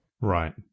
Right